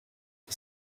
est